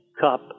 cup